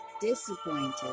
disappointed